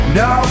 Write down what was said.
no